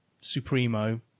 Supremo